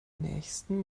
nächsten